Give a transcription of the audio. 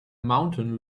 mountain